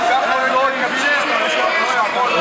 הם לא הבינו?